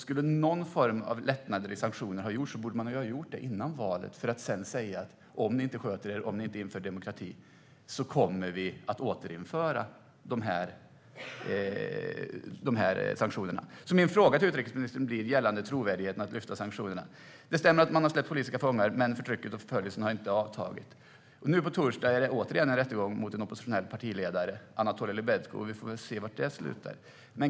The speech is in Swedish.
Skulle någon form av lättnader i sanktionerna ha gjorts borde det ha skett före valet för att sedan säga att om regimen inte sköter sig, om den inte inför demokrati, kommer vi att återinföra sanktionerna. Min fråga till utrikesministern gäller trovärdigheten i att lyfta sanktionerna. Det stämmer att politiska fångar har släppts, men förtrycket och förföljelserna har inte avtagit. Nu på torsdag är det återigen en rättegång mot en oppositionell partiledare, Anatoly Lebedko, och vi får väl se var det slutar.